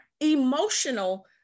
emotional